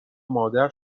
مادر